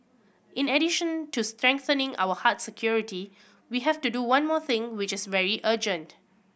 in addition to strengthening our hard security we have to do one more thing which is very urgent